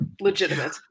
legitimate